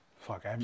Fuck